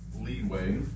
leeway